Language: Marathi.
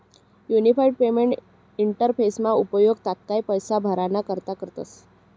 युनिफाईड पेमेंट इंटरफेसना उपेग तात्काय पैसा भराणा करता करतस